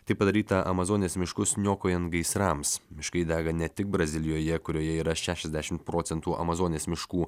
tai padaryta amazonės miškus niokojant gaisrams miškai dega ne tik brazilijoje kurioje yra šešiasdešim procentų amazonės miškų